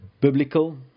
biblical